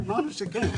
אמרנו שכן.